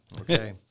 Okay